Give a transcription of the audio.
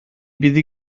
byddi